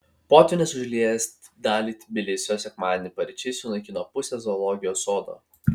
potvynis užliejęs dalį tbilisio sekmadienį paryčiais sunaikino pusę zoologijos sodo